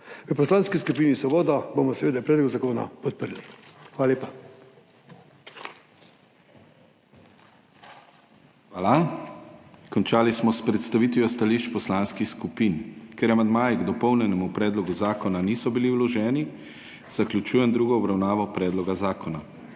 V Poslanski skupini Svoboda bomo seveda predlog zakona podprli. Hvala lepa. PODPREDSEDNIK DANIJEL KRIVEC: Hvala. Končali smo s predstavitvijo stališč poslanskih skupin. Ker amandmaji k dopolnjenemu predlogu zakona niso bili vloženi, zaključujem drugo obravnavo predloga zakona.